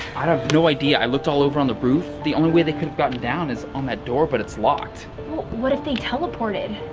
i have no idea, i looked all over on the roof. the only way they could've gotten down is on that door but it's locked. well what if they teleported?